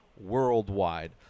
worldwide